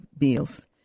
meals